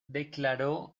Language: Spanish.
declaró